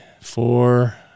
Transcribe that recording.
four